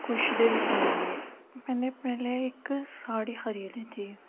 کچھ دن پہلے میں نے اپنے لیے ایک ساڑی خریدی تھی